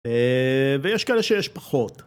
ויש כאלה שיש פחות.